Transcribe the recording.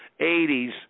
80s